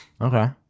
Okay